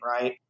right